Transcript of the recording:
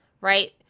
right